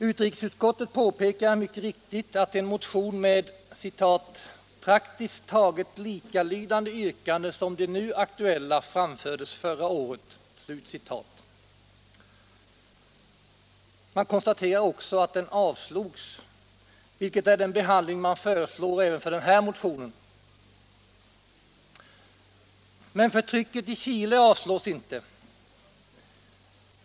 Utrikesutskottet påpekar mycket riktigt att en motion med ”praktiskt taget likalydande yrkande som de nu aktuella framfördes förra året”. Man konstaterar också att den avslogs, vilket är den behandling man föreslår även för den här motionen. Men förtrycket i Chile avslås inte!